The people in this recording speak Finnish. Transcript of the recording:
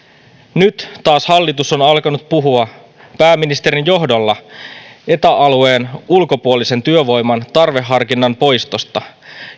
nyt taas hallitus on alkanut puhua pääministerin johdolla eta alueen ulkopuolisen työvoiman tarveharkinnan poistosta